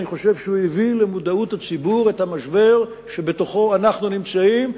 אני חושב שהוא הביא למודעות הציבור את המשבר שבתוכו אנחנו נמצאים,